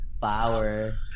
Power